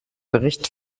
bericht